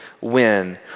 win